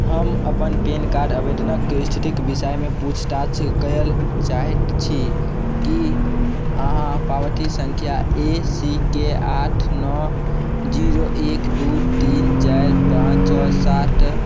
हम अपन PAN card आवेदनके इस्थितिके विषयमे पूछताछ करैलए चाहै छी कि अहाँ पावती सँख्या ए सी के आठ नओ जीरो एक दुइ तीन चारि पाँच छओ सात